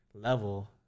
level